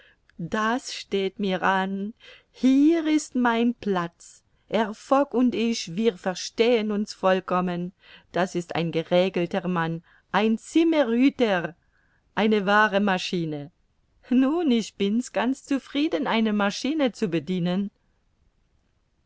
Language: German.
das steht mir an hier ist mein platz herr fogg und ich wir verstehen uns vollkommen das ist ein geregelter mann ein zimmerhüter eine wahre maschine nun ich bin's ganz zufrieden eine maschine zu bedienen